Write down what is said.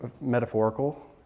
metaphorical